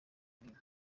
imirimo